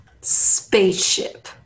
Spaceship